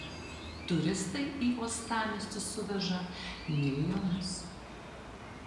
turistai į uostamiestį suveža milijonus